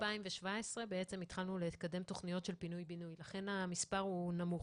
רק מ-2017 התחלנו לקדם תכניות של פינוי-בינוי ולכן המספר הוא נמוך.